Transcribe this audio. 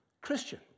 Christian